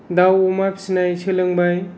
दाउ अमा फिसिनाय सोलोंबाय